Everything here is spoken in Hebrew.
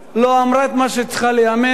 לא אמרה את מה שצריך להיאמר,